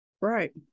Right